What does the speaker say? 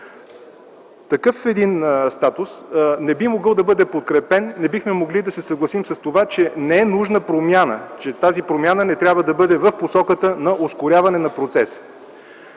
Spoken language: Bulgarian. Такъв един статус не би могъл да бъде подкрепен. Не бихме могли да се съгласим с това, че не е нужна промяна, че тази промяна не трябва да бъде в посоката на ускоряване на процеса.